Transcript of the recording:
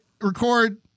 record